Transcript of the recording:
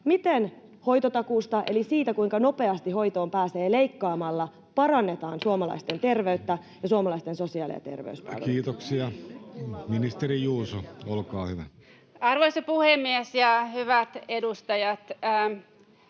eli siitä, kuinka nopeasti hoitoon pääsee, leikkaamalla, parannetaan suomalaisten terveyttä ja suomalaisten sosiaali- ja terveyspalveluja? Kiitoksia. — Ministeri Juuso, olkaa hyvä. Arvoisa puhemies ja hyvät edustajat!